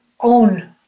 own